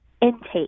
intake